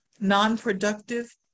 non-productive